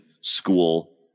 school